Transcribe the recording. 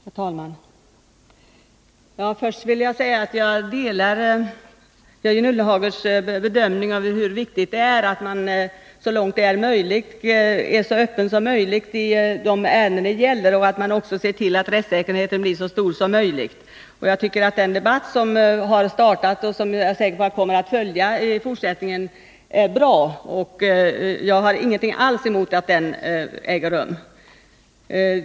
Herr talman! Först vill jag säga att jag delar Jörgen Ullenhags bedömning av hur viktigt det är att man så långt det är möjligt är öppen i de ärenden det här gäller och även ser till att rättssäkerheten blir så stor som möjligt. Jag tycker att den debatt som har startat och som jag är säker på kommer att följa i fortsättningen är bra. Jag har ingenting alls emot att den äger rum.